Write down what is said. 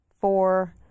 four